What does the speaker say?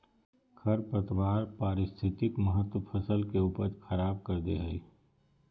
खरपतवार पारिस्थितिक महत्व फसल के उपज खराब कर दे हइ